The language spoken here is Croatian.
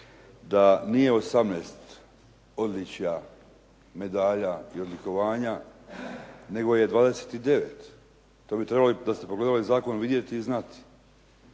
da nije 18 odličja, medalja i odlikovanja, nego je 29. To bi trebali, da ste pogledali zakon vidjeti i znati.